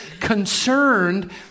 concerned